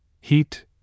heat